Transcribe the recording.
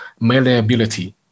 malleability